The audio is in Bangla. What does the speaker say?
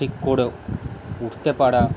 ঠিক করেও উড়তে পারা